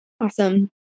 Awesome